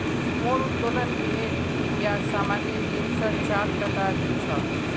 मोर उत्तोलन ऋनेर ब्याज सामान्य ऋण स चार टका अधिक छ